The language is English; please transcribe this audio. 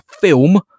film